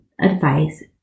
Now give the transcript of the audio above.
advice